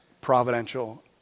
providential